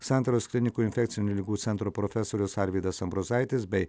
santaros klinikų infekcinių ligų centro profesorius arvydas ambrozaitis bei